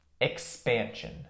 expansion